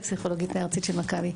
הפסיכולוגית הארצית של מכבי.